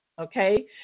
Okay